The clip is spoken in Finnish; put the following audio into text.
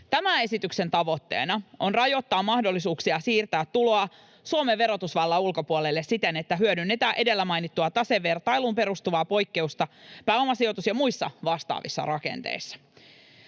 Tämän esityksen tavoitteena on rajoittaa mahdollisuuksia siirtää tuloa Suomen verotusvallan ulkopuolelle siten, että hyödynnetään edellä mainittua, tasevertailuun perustuvaa poikkeusta pääomasijoitus- ja muissa vastaavissa rakenteissa.